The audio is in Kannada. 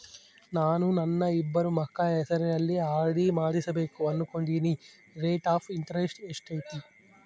ನಾನು ನನ್ನ ಇಬ್ಬರು ಮಕ್ಕಳ ಹೆಸರಲ್ಲಿ ಆರ್.ಡಿ ಮಾಡಿಸಬೇಕು ಅನುಕೊಂಡಿನಿ ರೇಟ್ ಆಫ್ ಇಂಟರೆಸ್ಟ್ ಎಷ್ಟೈತಿ?